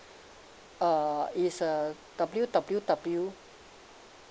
uh it's uh W W W